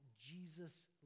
Jesus